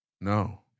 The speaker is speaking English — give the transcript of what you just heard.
No